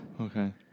Okay